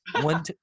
one